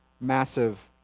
massive